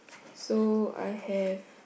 so I have